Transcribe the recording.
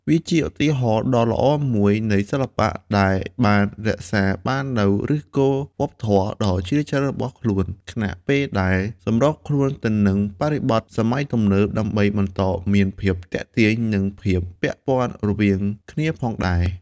វាជាឧទាហរណ៍ដ៏ល្អមួយនៃសិល្បៈដែលបានរក្សាបាននូវឫសគល់វប្បធម៌ដ៏ជ្រាលជ្រៅរបស់ខ្លួន ខណៈពេលដែលសម្របខ្លួនទៅនឹងបរិបទសម័យទំនើប ដើម្បីបន្តមានភាពទាក់ទាញ និងភាពពាក់ព័ន្ធរវាងគ្នាផងដែរ។